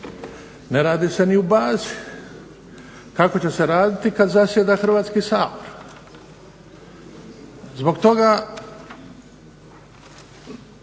Ne radi se ni u bazi. Kako će se raditi kada zasjeda Hrvatski sabor. Zbog toga